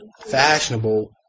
fashionable